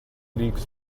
leagues